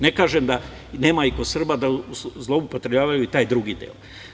Ne kažem da nema i kod Srba da zloupotrebljavaju i taj drugi deo.